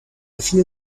feel